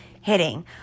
hitting